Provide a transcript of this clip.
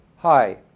Hi